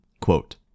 Quote